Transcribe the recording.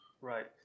Right